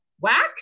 wax